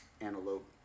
Antelope